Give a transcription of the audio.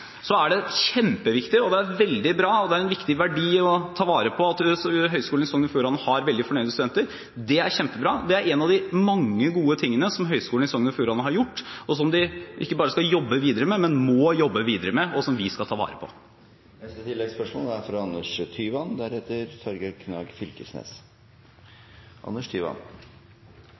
er kjempeviktig, veldig bra og en viktig verdi å ta vare på at Høyskolen i Sogn og Fjordane har veldig fornøyde studenter. Det er kjempebra! Det er en av de mange gode tingene som Høyskolen i Sogn og Fjordane har fått til, og som de ikke bare skal jobbe videre med, men må jobbe videre med, og som vi skal ta vare på. Anders Tyvand – til oppfølgingsspørsmål. Utdanningskvalitet og undervisningskvalitet er